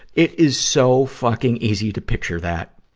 it is so fucking easy to picture that!